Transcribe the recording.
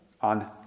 on